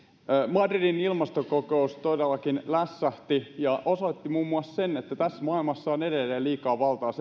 madridin ilmastokokous todellakin lässähti ja osoitti muun muassa sen että tässä maailmassa on edelleen liikaa valtaa